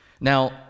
Now